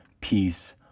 peace